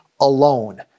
alone